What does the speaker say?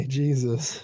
jesus